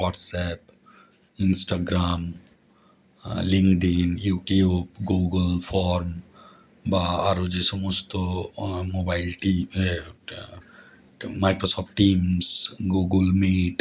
WhatsApp Instagram LinkedIn YouTube Google form বা আরো যে সমস্ত মোবাইল একটা মাইক্রোসফট টিমস গুগল মিট